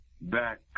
back